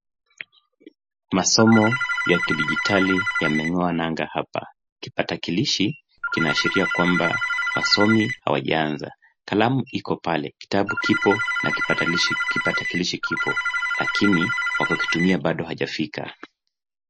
Masomo ya kidigitali yamengoa nanga hapa. Kipatakilishi kinaashiria kwamba wasomi hawajaanza, kalamu iko pale, kitabu kipo na kipatakalishi kipo, lakini wakukitumia bado hajafika.